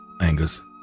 Angus